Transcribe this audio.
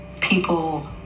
people